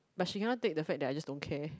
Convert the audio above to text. but she cannot take the fact that I just don't care